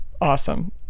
Awesome